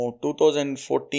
2014